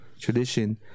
tradition